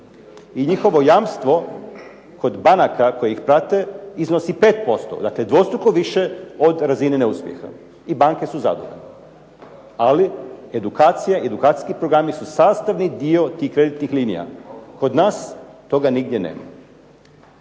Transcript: i njihovo jamstvo kod banaka koje ih prate iznosi 5%. Dakle, dvostruko više od razine neuspjeha i banke su zadovoljne. Ali edukacija, edukacijski programi su sastavni dio tih kreditnih linija. Kod nas toga nigdje nema.